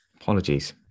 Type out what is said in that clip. Apologies